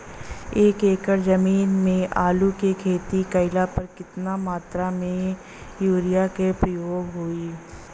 एक एकड़ जमीन में आलू क खेती कइला पर कितना मात्रा में यूरिया क प्रयोग होई?